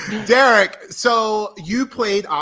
derrick, so you played,